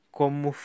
como